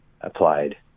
applied